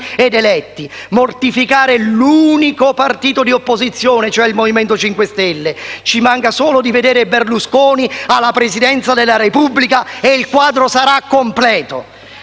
ed eletti; mortificare l'unico partito di opposizione, cioè il Movimento 5 Stelle. Ci manca solo di vedere Berlusconi alla Presidenza della Repubblica e il quadro sarà completo.